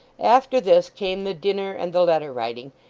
after this, came the dinner and the letter writing,